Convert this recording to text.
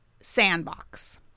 sandbox